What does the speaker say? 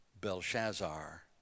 Belshazzar